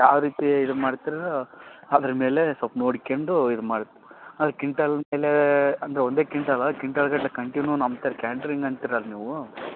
ಯಾವ ರೀತಿ ಇದು ಮಾಡ್ತೀರೋ ಅದ್ರ ಮೇಲೆ ಸ್ವಲ್ಪ ನೋಡ್ಕಂಡು ಇದು ಮಾಡಿ ಅದು ಕಿಂಟಾಲ್ ಮೇಲೆ ಅಂದರೆ ಒಂದೇ ಕಿಂಟಾಲ ಕಿಂಟಾಲ್ಗಟ್ಟಲೆ ಕಂಟಿನ್ಯೂ ನಮ್ತೆ ಕ್ಯಾಂಟ್ರಿಂಗ್ ಅಂತೀರಲ್ಲ ನೀವು